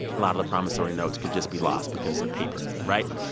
a lot of the promissory notes could just be lost because they're paper, right?